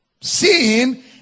Sin